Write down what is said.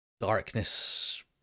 darkness